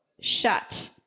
shut